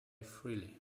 freely